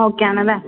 okay ആണല്ലേ